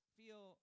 feel